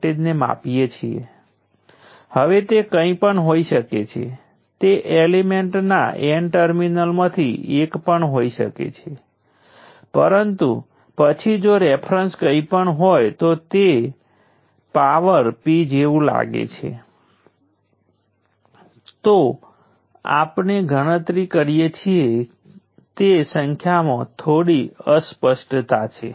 પરંતુ 0 થી શરૂ કરીને ઇન્ડક્ટર માત્ર એનર્જીને શોષી શકે છે કારણ કે જો તમે એનર્જીની એક્સપ્રેશન જુઓ છો તો અમારી પાસે IL2છે જે હંમેશા પોઝિટિવ સંખ્યા છે